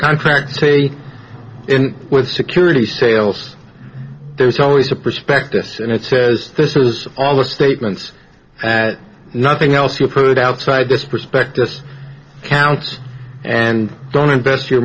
contract say with security sales there's always a prospectus and it says this is a policy statements and nothing else you've heard outside this prospectus counts and don't invest your